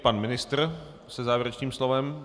Pan ministr se závěrečným slovem.